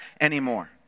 anymore